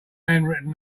handwritten